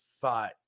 thought